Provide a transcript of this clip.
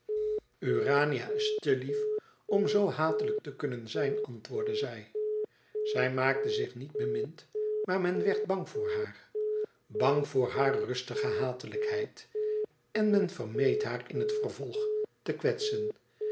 urania is te lief om zoo hatelijk te kunnen zijn antwoordde zij zij maakte zich niet bemind maar men werd bang voor haar bang voor haar rustige hatelijkheid en men vermeed haar in het vervolg te kwetsen